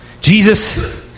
Jesus